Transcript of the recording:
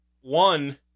one